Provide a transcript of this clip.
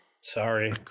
Sorry